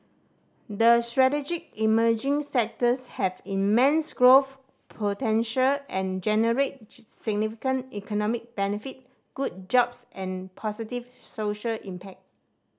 the strategic emerging sectors have immense growth potential and generate significant economic benefit good jobs and positive social impact